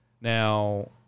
Now